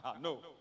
No